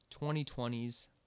2020's